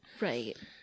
right